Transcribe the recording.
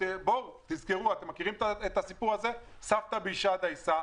אתם מכירים את השיר הזה: "סבתא בישלה דייסה",